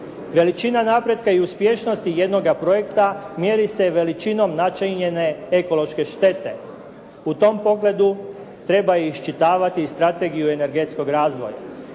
Veličina napretka i uspješnosti jednoga projekta mjeri se veličinom načinjene ekološke štete. U tom pogledu treba i iščitavati strategiju energetskog razvoja.